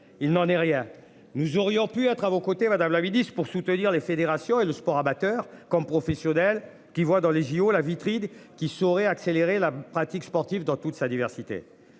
il n'en est rien. Nous aurions pu être à vos côtés madame la 10 pour soutenir les fédérations et le sport amateur comme professionnel, qui voit dans les JO. La vitrine qui sort accélérer la pratique sportive dans toute sa diversité.